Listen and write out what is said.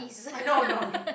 I know I know